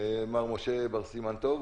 מר משה בר סימן טוב.